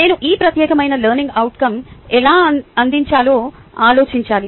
నేను ఈ ప్రత్యేకమైన లెర్నింగ్ అవుట్కం ఎలా అందించాలో ఆలోచించాలి